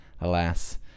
alas